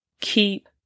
keep